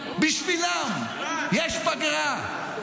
בשבילם יש בפגרה.